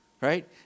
Right